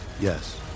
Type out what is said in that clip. Yes